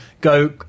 go